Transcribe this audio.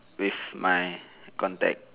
with my contact